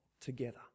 together